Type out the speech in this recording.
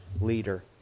leader